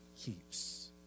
keeps